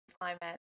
climate